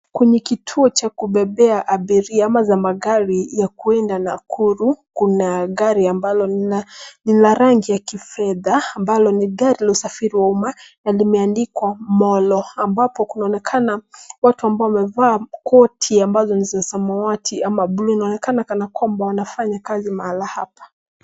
Kwenye kituo cha kubebea abiria ama cha magari ya kuenda Nakuru kuna gari ambalo ni la rangi ya kifedha ambalo ni gari la usafiri wa umma na limeandikwa Molo ambapo kunaonekana watu ambao wamevaa koti ambazo ni za samawati ama bluu. Inaonekana kana kwambwa wanafanya kazi mahali hapa.